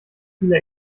viele